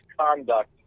conduct